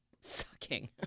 sucking